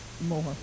more